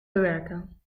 bewerken